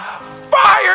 fire